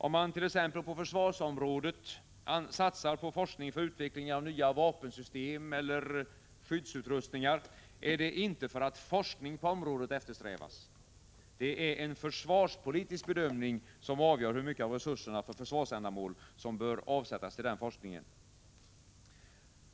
Om man t.ex. på försvarsområdet satsar på forskning för utveckling av nya vapensystem eller skyddsutrustningar är det inte för att forskning på området eftersträvas. Det är en försvarspolitisk bedömning som avgör hur mycket av resurserna för försvarsändamål som bör avsättas till den forskningen.